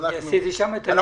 אני עשיתי שם את הניתוח.